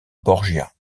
borgia